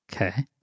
Okay